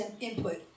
input